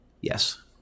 Yes